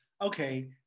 okay